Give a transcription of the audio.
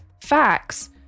facts